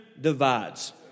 divides